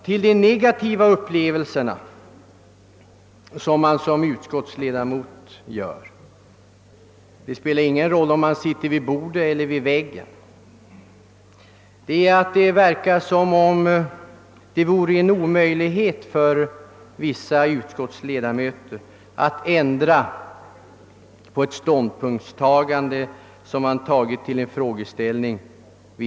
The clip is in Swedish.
Till de negativa upplevelser na för en utskottsledamot — det spelar därvid ingen roll om man sitter vid bordet eller vid väggen — hör er farenheten att det verkar vara omöjligt för vissa utskottsledamöter att ändra en ståndpunkt de vid en viss tidpunkt intagit till en fråga.